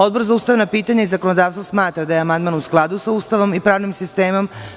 Odbor za ustavna pitanja i zakonodavstvo smatra da je amandman u skladu sa Ustavom i pravnim sistemom.